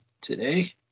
today